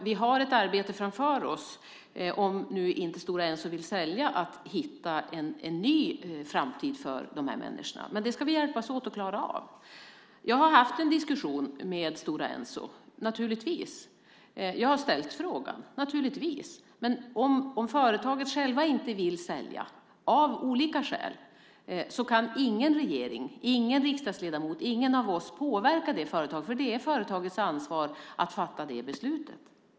Vi har ett arbete framför oss, om Stora Enso nu inte vill sälja, med att hitta en ny framtid för de här människorna. Men det ska vi hjälpas åt att klara av. Jag har haft en diskussion med Stora Enso, naturligtvis. Jag har ställt frågan, naturligtvis. Men om företaget självt av olika skäl inte vill sälja kan ingen regering, ingen riksdagsledamot, ingen av oss, påverka företaget, för det är företagets ansvar att fatta det beslutet.